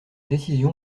décision